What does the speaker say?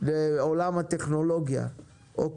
גם